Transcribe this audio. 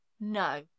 No